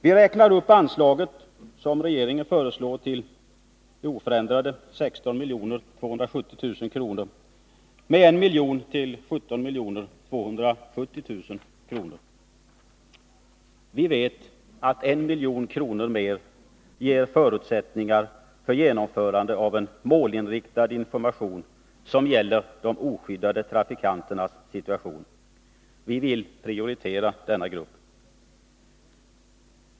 Vi har räknat upp anslaget, som regeringen föreslår skall uppgå till oförändrat 16 270 000 kr., med 1 milj.kr. till 17 270 000 kr. Vi vet att 1 milj.kr. mer i anslag ger förutsättningar för genomförande av en målinriktad information som gäller de oskyddade trafikanternas situation. Vi vill prioritera denna grupp.